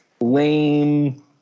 lame